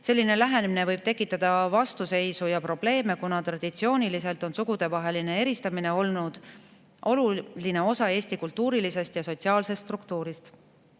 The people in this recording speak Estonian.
Selline lähenemine võib tekitada vastuseisu ja probleeme, kuna traditsiooniliselt on sugudevaheline eristamine olnud oluline osa Eesti kultuurilisest ja sotsiaalsest struktuurist.